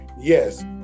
Yes